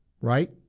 right